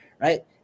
Right